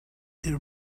your